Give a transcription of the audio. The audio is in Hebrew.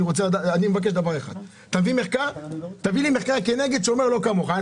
אני מבקש שיביאו מחקר מתנגד שאומר לא כמוך,